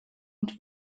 und